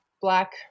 black